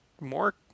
more